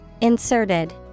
INSERTED